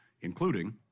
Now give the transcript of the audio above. including